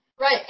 right